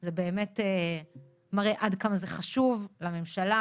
זה באמת מראה עד כמה זה חשוב לממשלה,